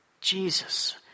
Jesus